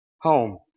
Home